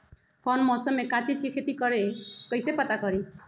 कौन मौसम में का चीज़ के खेती करी कईसे पता करी?